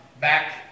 back